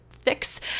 fix